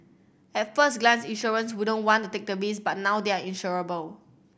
at first glance insurers wouldn't want to take the risk but now they are insurable